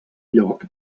lloc